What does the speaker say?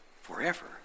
forever